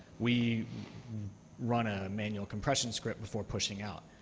we run a manual compression script before pushing out.